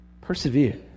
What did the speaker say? Persevere